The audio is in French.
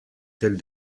tels